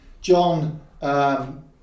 John